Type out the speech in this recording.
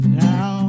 now